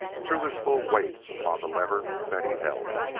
threw his full weight upon the lever that he held.